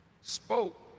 spoke